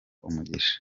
umugisha